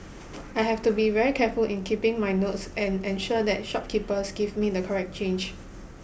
I have to be very careful in keeping my notes and ensure that shopkeepers give me the correct change